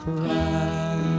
Cry